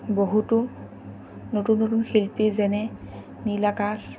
বহুতো নতুন নতুন শিল্পী যেনে নীল আকাশ